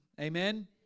Amen